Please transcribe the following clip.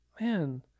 man